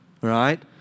right